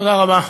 תודה רבה.